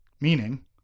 Meaning